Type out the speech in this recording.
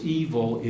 evil